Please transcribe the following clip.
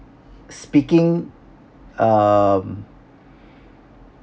speaking um